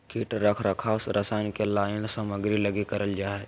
कीट रख रखाव रसायन के लाइन सामग्री लगी करल जा हइ